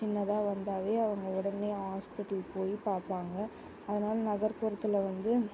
சின்னதாக வந்தாவே அவங்க உடனே ஹாஸ்பிட்டலுக்கு போய் பார்ப்பாங்க அதனால நகர்ப்புறத்தில் வந்து